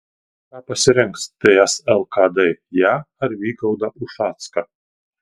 ką pasirinks ts lkd ją ar vygaudą ušacką